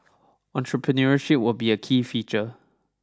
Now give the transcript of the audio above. entrepreneurship would be a key feature